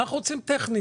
רק טכנית.